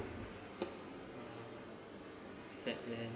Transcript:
sad leh